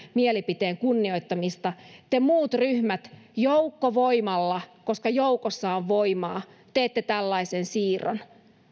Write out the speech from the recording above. mielipiteen kunnioittamista te muut ryhmät joukkovoimalla koska joukossa on voimaa teette tällaisen siirron